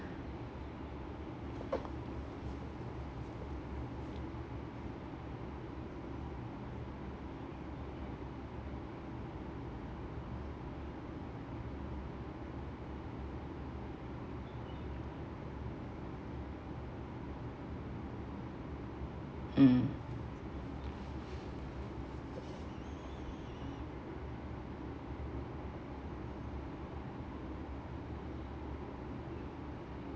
mm